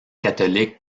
catholique